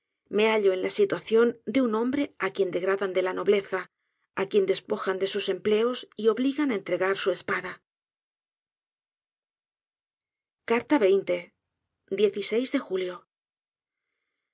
me hallo en la situación de un hombrea quien degradan de la nobleza á quien despojan de sus empleos y obligan á entregar su espada de julio